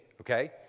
okay